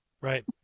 right